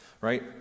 right